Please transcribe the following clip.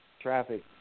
traffic